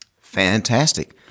Fantastic